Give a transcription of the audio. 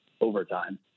overtime